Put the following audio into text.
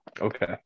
Okay